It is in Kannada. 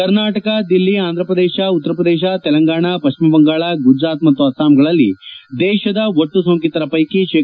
ಕರ್ನಾಟಕ ದಿಲ್ಲಿ ಆಂಧ್ರಪ್ರದೇಶ ಉತ್ತರಪ್ರದೇಶ ತೆಲಂಗಾಣ ಪಶ್ಚಿಮ ಬಂಗಾಳ ಗುಜರಾತ್ ಮತ್ತು ಅಸ್ಸಾಂಗಳಲ್ಲಿ ದೇಶದ ಒಟ್ಟು ಸೋಂಕಿತರ ಪೈಕಿ ಶೇ